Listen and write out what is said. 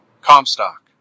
Comstock